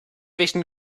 vision